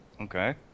Okay